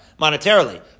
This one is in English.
monetarily